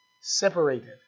separated